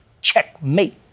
checkmate